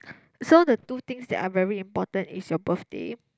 so the two things that are very important is your birthday